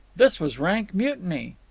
this was rank mutiny.